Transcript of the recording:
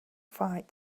fight